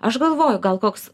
aš galvoju gal koks